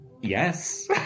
yes